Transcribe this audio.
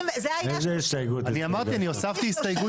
האם גם אנחנו,